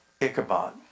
Ichabod